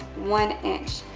one inch.